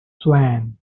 swan